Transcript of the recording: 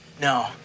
No